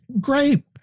Grape